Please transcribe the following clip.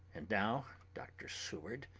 and now, dr. seward,